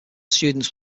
students